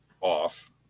off